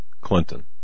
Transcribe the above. Clinton